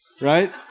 right